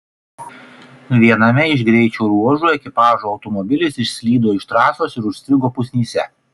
viename iš greičio ruožų ekipažo automobilis išslydo iš trasos ir užstrigo pusnyse